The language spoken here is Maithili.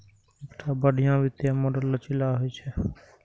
एकटा बढ़िया वित्तीय मॉडल लचीला होइ छै